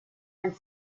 ein